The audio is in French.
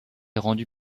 rendu